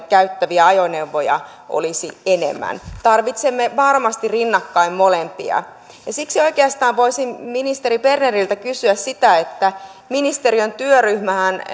käyttäviä ajoneuvoja olisi enemmän tarvitsemme varmasti rinnakkain molempia siksi oikeastaan voisin ministeri berneriltä kysyä sitä kun ministeriön työryhmähän